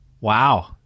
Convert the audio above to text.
Wow